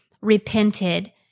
repented